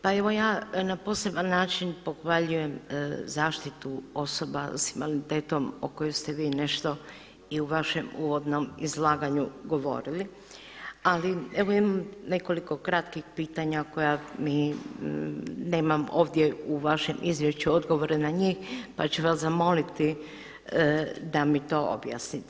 Pa evo ja na poseban način pohvaljujem zaštitu osoba s invaliditetom o kojoj ste vi nešto i u vašem uvodnom izlaganju govorili, ali evo imam nekoliko kratkih pitanja koja mi nemam ovdje u vašem izvješću odgovore na njih, pa ću vas zamoliti da mi to objasnite.